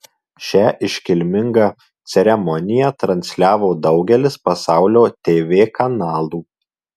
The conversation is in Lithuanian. šią iškilmingą ceremoniją transliavo daugelis pasaulio tv kanalų